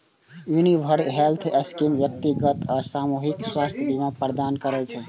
universal health scheme व्यक्तिगत आ सामूहिक स्वास्थ्य बीमा प्रदान करै छै